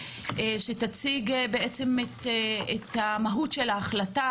שתציג בעצם את המהות של ההחלטה,